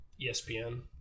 ESPN